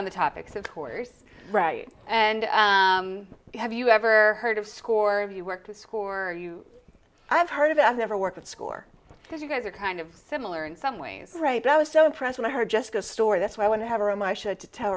on the topics of course right and you have you ever heard of score of you worked with score you i've heard of i've never worked with score because you guys are kind of similar in some ways right but i was so impressed when i heard just a story that's why i want to have a room i should to tell